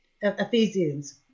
Ephesians